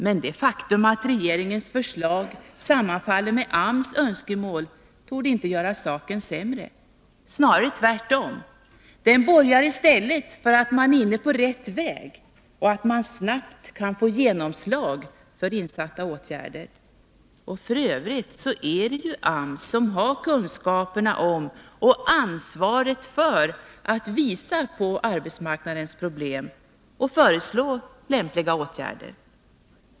Men det faktum att regeringens förslag sammanfaller med AMS önskemål, torde inte göra saken sämre, snarare tvärtom. Det borgar i stället för att man är inne på rätt väg och att man snabbt kan få genomslag på insatta åtgärder. F. ö. är det AMS, som har kunskaperna om och ansvaret för att visa på arbetsmarknadens problem och föreslå lämpliga lösningar.